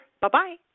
Bye-bye